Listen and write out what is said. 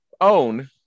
own